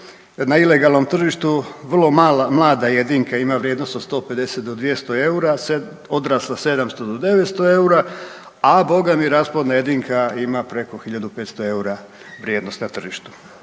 na ilegalnom tržištu vrlo mlada jedinka ima vrijednost od 150 do 200 eura, odrasla od 700 do 900 eura, a boga mi rasplodna jedinka ima preko 1500 eura vrijednost na tržištu.